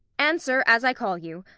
answer, as i call you.